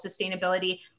sustainability